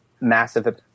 massive